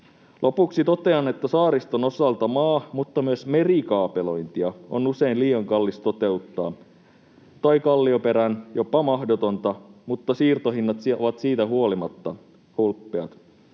Lopuksi totean, että saariston osalta maa‑ mutta myös merikaapelointia on usein liian kallis toteuttaa — tai kallioperään jopa mahdotonta — mutta siirtohinnat ovat siitä huolimatta hulppeat.